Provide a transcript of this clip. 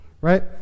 Right